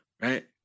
right